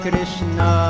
Krishna